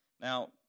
Now